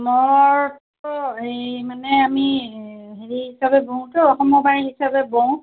মই তো এই মানে আমি হেৰি হিচাপে বুওঁতো সমবায়ী হিচাপে বওঁ